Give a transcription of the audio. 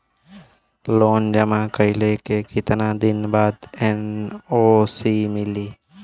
Loan जमा कइले के कितना दिन बाद एन.ओ.सी मिली?